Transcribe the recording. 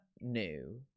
new